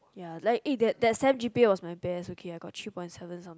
ya like eh that that sem g_p_a was my best okay I got three point seven some